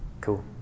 Cool